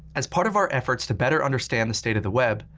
as part of our efforts to better understand the state of the web,